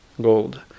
gold